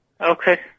Okay